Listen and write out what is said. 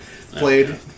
Played